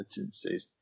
competencies